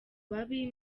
babi